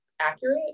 accurate